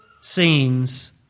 scenes